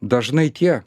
dažnai tie